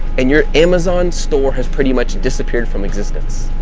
and your amazon store has pretty much disappeared from existence.